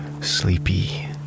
sleepy